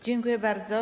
Dziękuję bardzo.